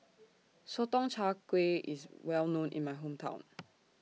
Sotong Char Kway IS Well known in My Hometown